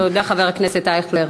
תודה, חבר הכנסת אייכלר.